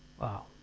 Wow